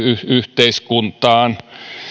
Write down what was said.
yhteiskuntaan